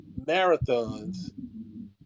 marathons